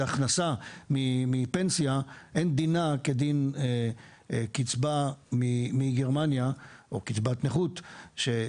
אין דינה של הכנסה מפנסיה כדין קצבה מגרמניה או קצבת נכות או